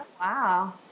wow